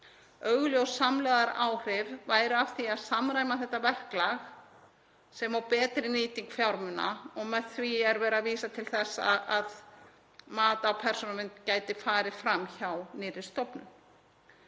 Augljós samlegðaráhrif séu af því að samræma þetta verklag sem og betri nýting fjármuna. Með því er verið að vísa til þess að mat á persónuvernd gæti farið fram hjá nýrri stofnun.